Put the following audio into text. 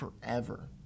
forever